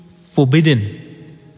forbidden